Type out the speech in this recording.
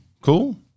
Cool